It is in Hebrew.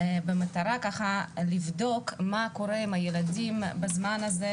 במטרה לבדוק מה קורה עם הילדים בזמן הזה,